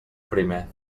primer